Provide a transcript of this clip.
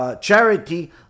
Charity